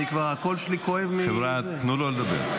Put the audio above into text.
הקול שלי כבר כואב --- חבריא, תנו לו לדבר.